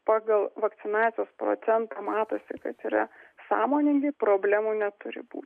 pagal vakcinacijos procentą matosi kad yra sąmoningi problemų neturi būti